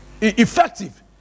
effective